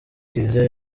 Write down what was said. kiliziya